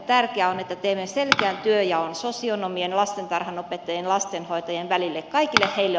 tärkeää on että teemme selkeän työnjaon sosionomien lastentarhanopettajien ja lastenhoitajien välille